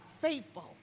faithful